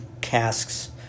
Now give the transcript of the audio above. casks